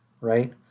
right